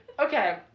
Okay